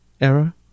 error